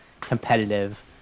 competitive